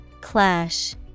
Clash